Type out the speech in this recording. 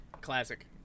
Classic